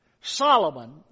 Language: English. solomon